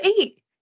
eight